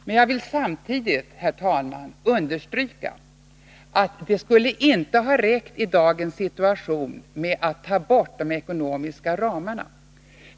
Jag vill emellertid samtidigt, herr talman, understryka att det i dagens situation inte skulle ha räckt med att ta bort de ekonomiska ramarna.